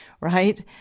right